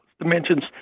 dimensions